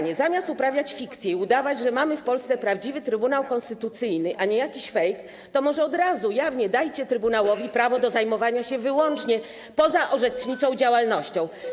Może zamiast uprawiać fikcję i udawać, że mamy w Polsce prawdziwy Trybunał Konstytucyjny, a nie jakiś fejk, od razu jawnie dajcie trybunałowi prawo do zajmowania się wyłącznie pozaorzeczniczą działalnością.